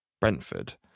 Brentford